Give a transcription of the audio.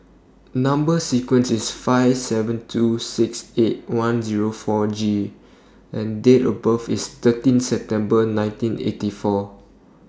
Number sequence IS S seven two six eight one Zero four G and Date of birth IS thirteen September nineteen eighty four